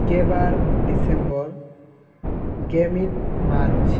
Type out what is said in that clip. ᱜᱮᱵᱟᱨ December ᱜᱮᱢᱤᱫ ᱢᱟᱨᱪ